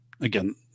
again